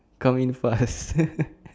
come in fast